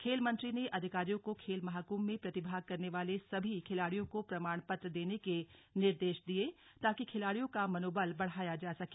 खेल मंत्री ने अधिकारियों को खेल महाकुम्भ में प्रतिभाग करने वाले सभी खिलाड़ियों को प्रमाण पत्र देने के निर्देश दिये ताकि खिलाड़ियों का मनोबल बढ़ाया जा सके